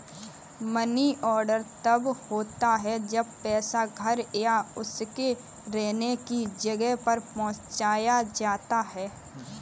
money order तब होता है जब पैसा घर या उसके रहने की जगह पर पहुंचाया जाता है